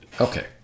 Okay